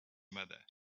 mother